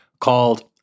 called